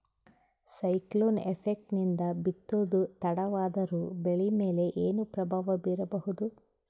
Cyclone effect ನಿಂದ ಬಿತ್ತೋದು ತಡವಾದರೂ ಬೆಳಿ ಮೇಲೆ ಏನು ಪ್ರಭಾವ ಬೀರಬಹುದು?